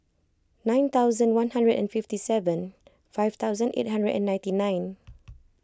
nine thousand one hundred and fifty seven five thousand eight hundred and ninety nine